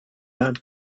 not